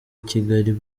kigali